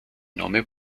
nommé